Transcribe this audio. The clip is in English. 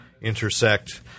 intersect